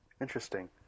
Interesting